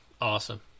Awesome